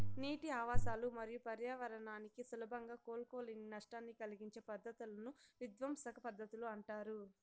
నీటి ఆవాసాలు మరియు పర్యావరణానికి సులభంగా కోలుకోలేని నష్టాన్ని కలిగించే పద్ధతులను విధ్వంసక పద్ధతులు అంటారు